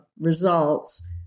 results